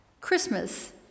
Christmas